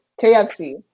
KFC